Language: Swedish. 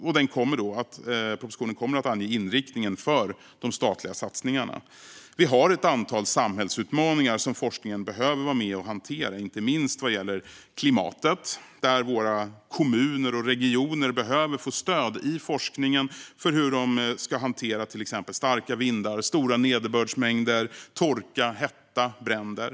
Och propositionen kommer att ange inriktningen för de statliga satsningarna. Vi har ett antal samhällsutmaningar som forskningen behöver vara med och hantera. Det gäller inte minst klimatet, där våra kommuner och regioner behöver få stöd i forskningen för hur de ska hantera till exempel starka vindar, stora nederbördsmängder, torka, hetta och bränder.